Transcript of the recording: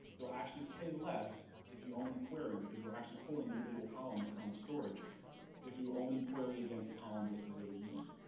you'll actually pay less if you only query because we're actually pulling individual columns from storage if you only query against the columns that you really need.